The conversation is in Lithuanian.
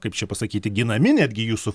kaip čia pasakyti ginami netgi jūsų